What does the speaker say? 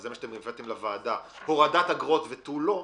וזה מה שהבאתם לוועדה הורדת אגרות ותו לא,